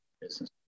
business